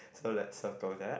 so let's circle that